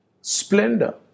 splendor